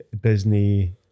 Disney